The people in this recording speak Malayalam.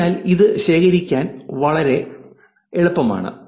അതിനാൽ ഇത് ശേഖരിക്കാൻ വളരെ ലളിതമാണ്